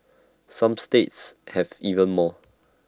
some states have even more